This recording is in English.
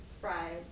fried